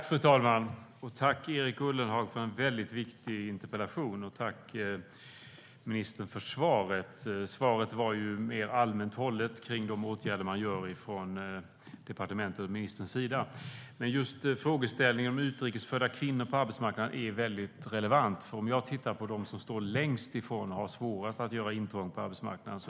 Fru talman! Tack, Erik Ullenhag, för en viktig interpellation! Tack, ministern, för svaret! Svaret var mer allmänt hållet kring de åtgärder man vidtar från departementets och ministerns sida. Men just frågeställningen om utrikes födda kvinnor på arbetsmarknaden är väldigt relevant. Jag kan titta på dem som står längst ifrån och har svårast att inträda på arbetsmarknaden.